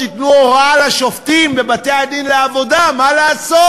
תיתנו הוראה לשופטים בבתי-הדין לעבודה מה לעשות,